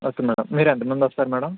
okay madam మీరు ఎంతమంది వస్తారు మేడం